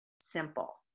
simple